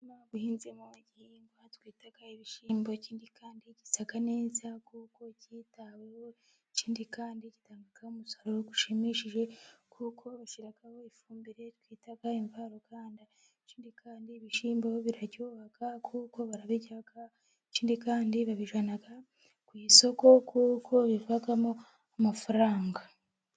Umurima uhinzemo igihingwa twita ibishyimbo. Ikindi kandi gisa neza kuko kitaweho. Ikindi kandi gitanga umusaruro ushimishije kuko bashyiraho ifumbire twita imvaruganda. Ikindi kandi ibishyimbo biraryoha kuko barabirya. Ikindi kandi babijyana ku isoko kuko bivamo amafaranga.